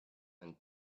and